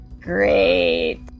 Great